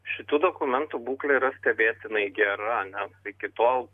šitų dokumentų būklė yra stebėtinai gera nes iki tol